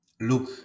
Look